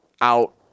out